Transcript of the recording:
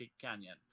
Canyon